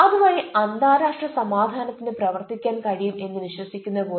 അതുവഴി അന്താരാഷ്ട്ര സമാധാനത്തിന് പ്രവർത്തിക്കാൻ കഴിയും എന്ന് വിശ്വസിക്കുന്ന പോലെ